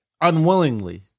unwillingly